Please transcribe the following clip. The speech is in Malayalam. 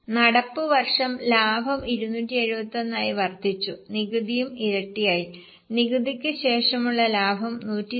നടപ്പുവർഷം ലാഭം 271 ആയി വർധിച്ചു നികുതിയും ഇരട്ടിയായി നികുതിക്ക് ശേഷമുള്ള ലാഭം 192 ആണ്